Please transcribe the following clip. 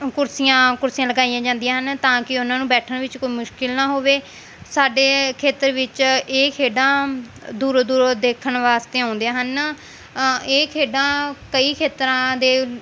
ਕੁਰਸੀਆਂ ਕੁਰਸੀਆਂ ਲਗਾਈਆਂ ਜਾਂਦੀਆਂ ਹਨ ਤਾਂ ਕਿ ਉਹਨਾਂ ਨੂੰ ਬੈਠਣ ਵਿੱਚ ਕੋਈ ਮੁਸ਼ਕਿਲ ਨਾ ਹੋਵੇ ਸਾਡੇ ਖੇਤਰ ਵਿੱਚ ਇਹ ਖੇਡਾਂ ਦੂਰੋਂ ਦੂਰੋਂ ਦੇਖਣ ਵਾਸਤੇ ਆਉਂਦੇ ਹਨ ਇਹ ਖੇਡਾਂ ਕਈ ਖੇਤਰਾਂ ਦੇ